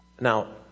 Now